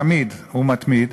תמיד ומתמיד,